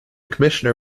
commissioner